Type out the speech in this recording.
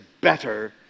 better